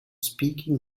speaking